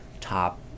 top